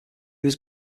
was